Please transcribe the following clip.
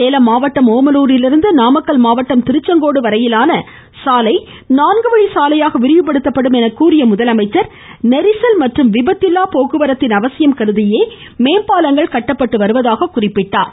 சேலம் மாவட்டம் ஒமலூரிலிருந்து நாமக்கல் மாவட்டம் திருச்செங கோடு வரையிலான சாலை நான்குவழி சாலையாக விரிவுபடுத்தப்படும் எனக் கூறிய முதலமைச்சர் நெரிசல் மற்றும் விபத்தில்லா போக்குவரத்தின் அவசியம் கருதியே மேம்பாலங்கள் கட்டப்பட்டு வருவதாக கூறினார்